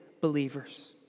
believers